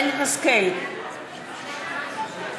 בעד